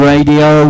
Radio